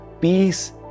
peace